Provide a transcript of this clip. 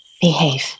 behave